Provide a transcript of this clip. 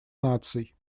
наций